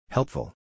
Helpful